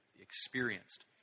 experienced